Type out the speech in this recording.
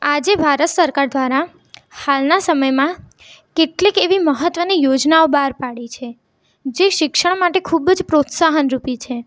આજે ભારત સરકાર દ્વારા હાલના સમયમાં કેટલીક એવી મહત્ત્વની યોજનાઓ બહાર પાડી છે જે શિક્ષણ માટે ખૂબ જ પ્રોત્સાહનરુપી છે